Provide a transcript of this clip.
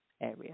area